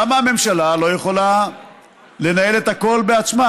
למה הממשלה לא יכולה לנהל את הכול בעצמה?